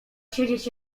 siedzieć